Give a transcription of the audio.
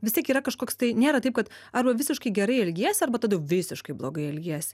vis tiek yra kažkoks tai nėra taip kad arba visiškai gerai elgiesi arba tada jau visiškai blogai elgies